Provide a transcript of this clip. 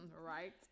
right